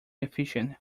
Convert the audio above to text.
efficient